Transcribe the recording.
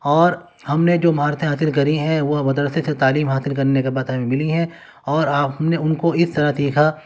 اور ہم نے جو مہارتیں حاصل کری ہیں وہ ودرسے سے تعلیم حاصل کرنے کے بعد ہمیں ملی ہیں اور آپ نے ان کو اس طرح سیکھا